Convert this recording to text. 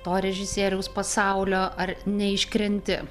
to režisieriaus pasaulio ar neiškrenti